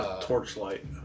torchlight